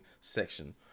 section